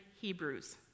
Hebrews